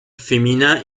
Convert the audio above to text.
féminin